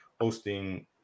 hosting